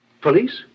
Police